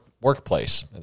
workplace